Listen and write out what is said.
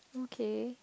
okay